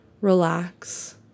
Relax